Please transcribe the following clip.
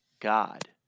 God